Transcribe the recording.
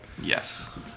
Yes